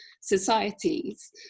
societies